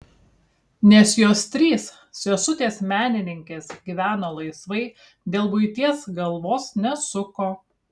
nes jos trys sesutės menininkės gyveno laisvai dėl buities galvos nesuko